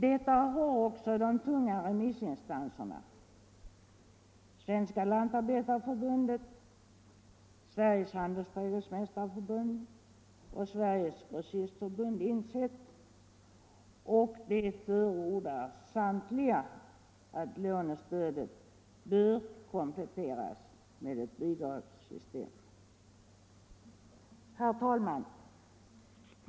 Detta har också de tunga remissinstanserna Svenska lantarbetareförbundet, Sveriges handelsträdgårdsmästareförbund och Sveriges grossistförbund insett och de förordar samtliga att lånestödet bör kompletteras med ett bidragssystem. Herr talman!